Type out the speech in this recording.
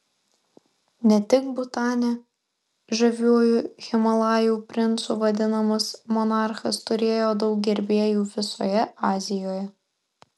ne tik butane žaviuoju himalajų princu vadinamas monarchas turėjo daug gerbėjų visoje azijoje